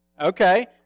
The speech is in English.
Okay